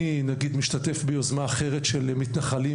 אני נגיד משתתף ביוזמה אחרת של מתנחלים